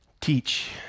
Teach